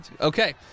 Okay